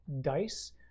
dice